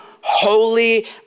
holy